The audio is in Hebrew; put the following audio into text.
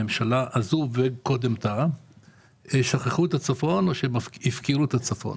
הממשלה הזו וקודמתה שכחו את הצפון או הפקירו את הצפון.